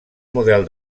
model